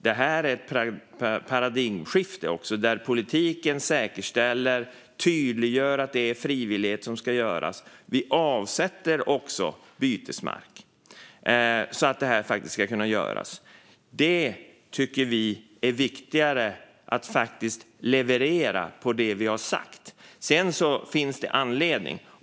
Det här är ett paradigmskifte, där politiken säkerställer och tydliggör att det är frivillighet som ska gälla. Vi avsätter också bytesmark så att det här ska kunna göras. Vi tycker att det är viktigare att leverera på det vi har sagt.